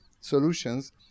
solutions